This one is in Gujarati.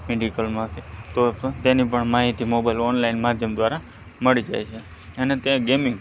મેડિકલમાંથી તો પણ તેની પણ માહિતી મોબાઈલમાંથી ઓનલાઈન માધ્યમ દ્વારા મળી જાય છે અને તે ગેમિંગ